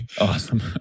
awesome